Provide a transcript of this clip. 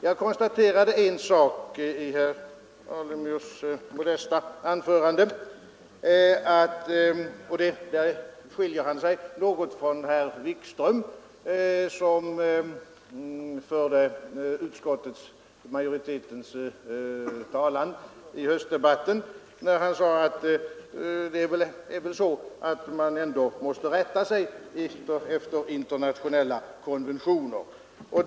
Jag konstaterade att herr Alemyr i sitt modesta anförande sade — och där skiljer han sig något från herr Wikström, som förde utskottsmajoritetens talan i höstdebatten — att man måste väl rätta sig efter internationella konventioner.